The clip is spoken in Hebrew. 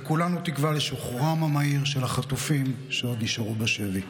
וכולנו תקווה לשחרורם המהיר של החטופים שעוד נשארו בשבי.